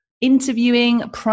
interviewing